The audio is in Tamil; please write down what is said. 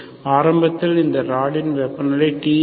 ஆரம்பத்தில் இந்த ராடின் வெப்பநிலை t0